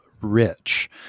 rich